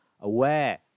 aware